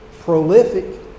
prolific